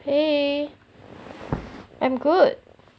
!hey! I'm good